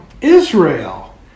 Israel